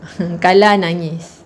kalah nangis